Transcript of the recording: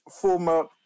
former